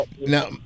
now